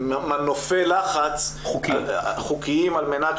מנופי לחץ חוקיים על מנת